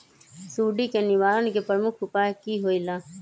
सुडी के निवारण के प्रमुख उपाय कि होइला?